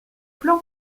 plan